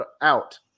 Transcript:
out